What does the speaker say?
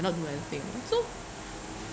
cannot do anything lah so